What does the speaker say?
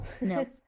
No